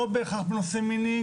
לא בהכרח בנושא מיני,